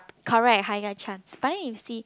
correct higher chance but then you see